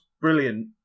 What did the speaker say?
brilliant